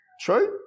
True